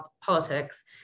Politics